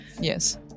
Yes